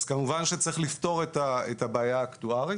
אז כמובן שצריך לפתור את הבעיה האקטוארית,